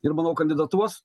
ir manau kandidatuos